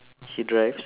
he drives